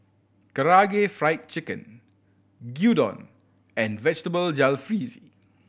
Karaage Fried Chicken Gyudon and Vegetable Jalfrezi